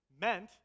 meant